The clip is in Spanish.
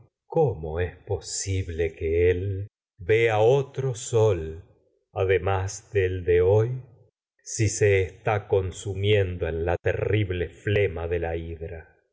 cómo de la posible que él otro sol además flema del de hoy si hidra se está consumiendo con en la terrible y